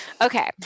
Okay